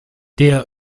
der